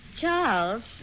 Charles